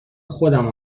خودم